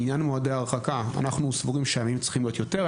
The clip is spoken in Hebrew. לעניין מועדי ההרחקה - אנחנו סבורים שהימים צריכים להיות יותר.